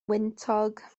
wyntog